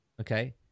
Okay